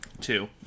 Two